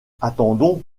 attendons